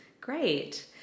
Great